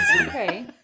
Okay